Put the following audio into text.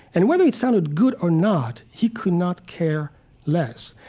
and whether it sounded good or not, he could not care less.